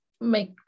make